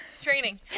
Training